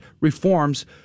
reforms